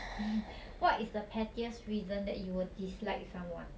what is the pettiest reason that you would dislike someone